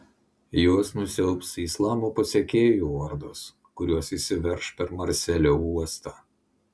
juos nusiaubs islamo pasekėjų ordos kurios įsiverš per marselio uostą